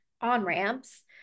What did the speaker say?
on-ramps